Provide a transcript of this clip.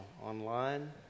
online